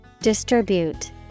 Distribute